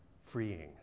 Freeing